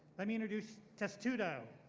i mean introduce testudo.